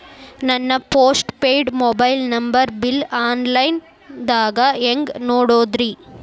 ನನ್ನ postpaid mobile number bill, online ದಾಗ ಹ್ಯಾಂಗ್ ನೋಡೋದ್ರಿ?